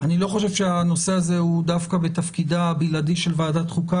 אני לא חושב שהנושא הזה הוא דווקא מתפקידה הבלעדי של ועדת החוקה